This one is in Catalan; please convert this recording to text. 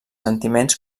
sentiments